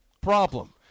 problem